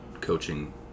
coaching